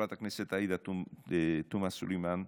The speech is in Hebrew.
חברת הכנסת עאידה תומא סלימאן,